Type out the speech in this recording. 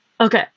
Okay